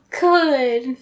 good